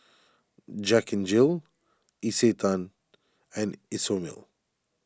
Jack N Jill Isetan and Isomil